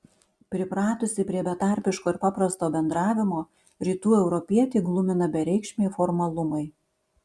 pripratusį prie betarpiško ir paprasto bendravimo rytų europietį glumina bereikšmiai formalumai